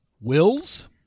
wills